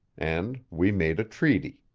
and we made a treaty.